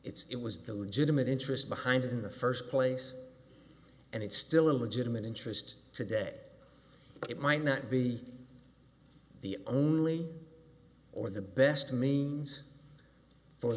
it was the legitimate interest behind it in the first place and it's still a legitimate interest today but it might not be the only or the best means for